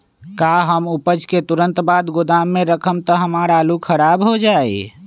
का हम उपज के तुरंत बाद गोदाम में रखम त हमार आलू खराब हो जाइ?